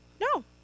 No